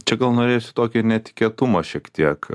čia gal norėsiu tokio netikėtumo šiek tiek